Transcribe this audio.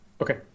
Okay